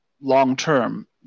long-term